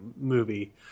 movie